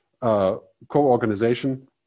co-organization